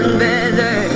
better